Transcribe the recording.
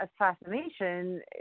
assassination